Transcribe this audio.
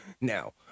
Now